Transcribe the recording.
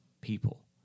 people